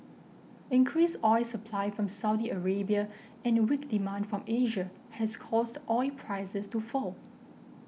increased oil supply from Saudi Arabia and weak demand from Asia has caused oil prices to fall